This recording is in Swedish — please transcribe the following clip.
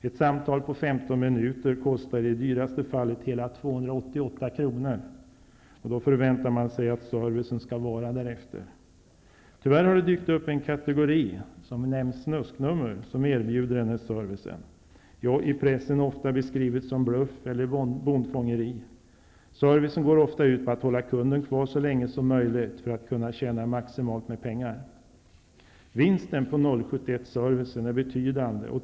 Ett samtal på 15 minuter kostar i det dyraste fallet hela 288 kr., och då förväntar man sig att servicen skall vara därefter. Tyvärr har det dykt upp en kategori som benämns ''snusknummer'' som erbjuder denna service. I pressen beskrivs dessa nummer som bluff eller bondfångeri. Servicen går ofta ut på att hålla kunden kvar så länge som möjligt för att man skall kunna tjäna maximalt med pengar. Vinsten på 071-servicen är betydande.